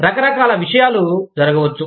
రకరకాల విషయాలు జరగవచ్చు